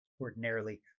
ordinarily